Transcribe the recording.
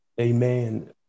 Amen